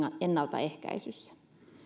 ennaltaehkäisyssä